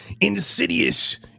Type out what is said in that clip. insidious